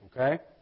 okay